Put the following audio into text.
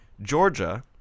Georgia